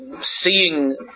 seeing